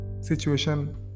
situation